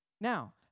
Now